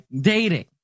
dating